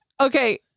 okay